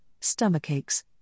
stomachaches